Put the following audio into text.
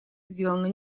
сделано